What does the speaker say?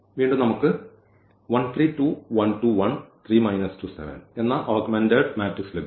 വീണ്ടും നമുക്ക് എന്ന ഓഗ്മെന്റഡ് മാട്രിക്സ് ലഭിക്കും